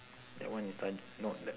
that one is ta~ no that